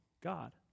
God